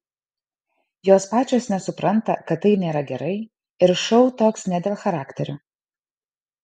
jos pačios nesupranta kad tai nėra gerai ir šou toks ne dėl charakterio